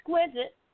exquisite